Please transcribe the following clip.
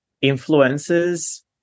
influences